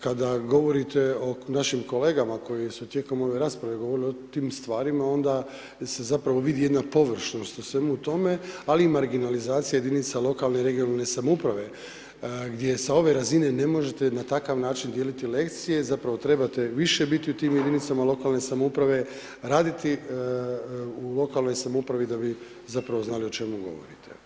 Kada govorite o našim kolegama koji su tijekom ove rasprave govorili o tim stvarima, onda se zapravo vidi jedna površnosti u svemu tome ali i marginalizacija jedinica lokalne i regionalne samouprave gdje sa ove razine ne možete na takav način dijeliti lekcije, zapravo trebate više bit u tim jedinicama lokalne samouprave, raditi u lokalnoj samoupravi da bi zapravo znali o čemu govorite.